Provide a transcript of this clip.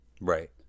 Right